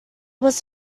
was